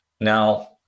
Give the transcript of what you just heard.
Now